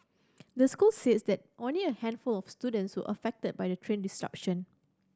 the school said that only a handful of students were affected by the train disruption